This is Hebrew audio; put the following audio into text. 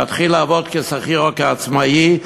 להתחיל לעבוד כשכיר או כעצמאי,